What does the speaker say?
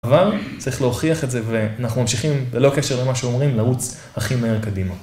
אבל צריך להוכיח את זה ואנחנו ממשיכים, ללא קשר למה שאומרים, לרוץ הכי מהר קדימה.